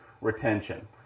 retention